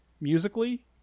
musically